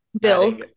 Bill